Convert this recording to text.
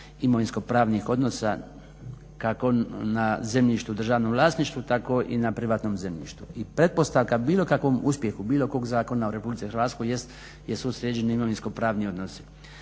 imovinsko-pravnih odnosa kako na zemljištu državnom vlasništvu tako i na privatnom zemljištu. I pretpostavka bilo kakvom uspjehu bilo kojeg zakona u RH jesu sređeni imovinsko-pravni odnosi.